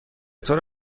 طور